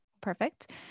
Perfect